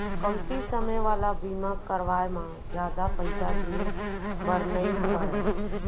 कमती समे वाला बीमा करवाय म जादा पइसा दिए बर नइ परय